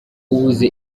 ubuze